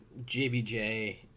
JBJ